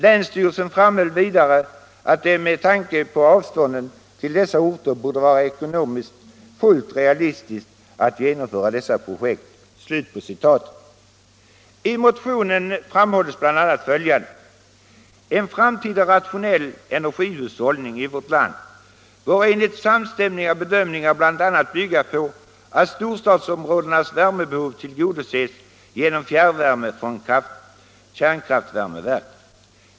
Länsstyrelsen framhöll vidare att det med tanke på avstånden till dessa orter torde vara ekonomiskt fullt realistiskt att genomföra dessa projekt.” I vår motion 1883 framhåller vi bl.a. följande: ”En framtida rationell energihushållning i vårt land bör enligt samstämmiga bedömningar bl.a. bygga på att storstadsområdenas värmebehov tillgodoses genom fjärrvärme från kärnkraftvärmeverk.